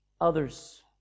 others